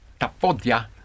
tapodia